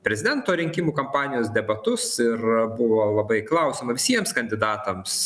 prezidento rinkimų kampanijos debatus ir buvo labai klausiama visiems kandidatams